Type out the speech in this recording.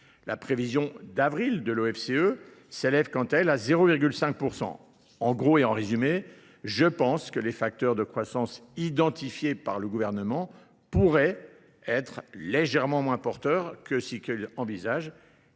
La prévision d'avril de l'OFCE s'élève quant à elle à 0,5%. En gros et en résumé, je pense que les facteurs de croissance identifiés par le gouvernement pourraient être légèrement moins porteurs que s'ils envisagent